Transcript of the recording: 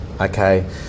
Okay